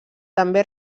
també